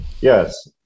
Yes